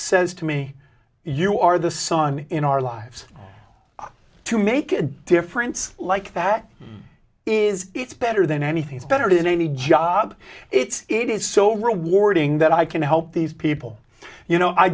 says to me you are the sun in our lives to make a difference like that is it's better than anything is better than any job it's it is so rewarding that i can help these people you know i